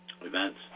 events